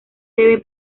debe